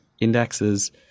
indexes